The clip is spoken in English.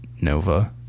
Nova